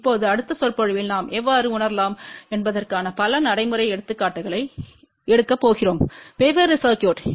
இப்போது அடுத்த சொற்பொழிவில் நாம் எவ்வாறு உணரலாம் என்பதற்கான பல நடைமுறை எடுத்துக்காட்டுகளை எடுக்கப்போகிறோம் வெவ்வேறு சர்க்யூட்கள்